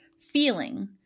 Feeling